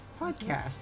podcast